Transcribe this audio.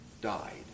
died